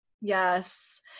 Yes